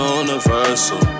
universal